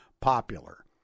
popular